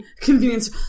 Convenience